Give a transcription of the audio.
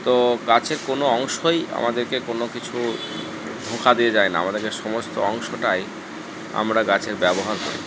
তো গাছের কোনো অংশই আমাদেরকে কোনো কিছু ধোঁকা দিয়ে যায় না আমাদেরকে সমস্ত অংশটাই আমরা গাছের ব্যবহার করি